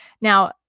Now